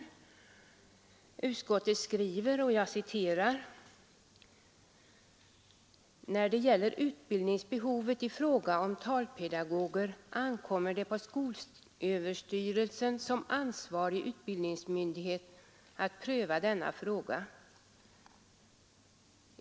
Utskottet skriver: ”När det gäller utbildningsbehovet i fråga om talpedagoger ankommer det på skolöverstyrelsen som ansvarig utbildningsmyndighet att pröva denna fråga.